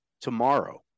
tomorrow